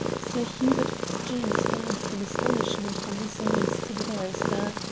sir hubert fitzjames glanced in astonishment from his niece to the barrister.